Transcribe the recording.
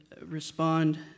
respond